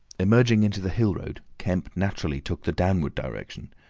emerging into the hill-road, kemp naturally took the downward direction,